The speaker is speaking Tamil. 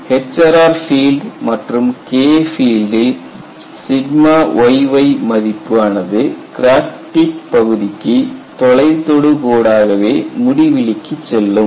HRR பீல்டு மற்றும் K ஃபீல்டில் yy மதிப்பு ஆனது கிராக் டிப் பகுதிக்கு தொலை தொடுகோடாகவே முடிவிலிக்குச் செல்லும்